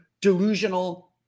delusional